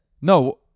No